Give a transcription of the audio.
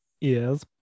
Yes